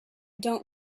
don’t